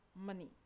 money